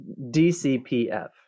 DCPF